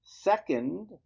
Second